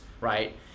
right